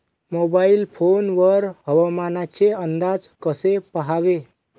Mobile phone वर हवामानाचे अंदाज कसे पहावे?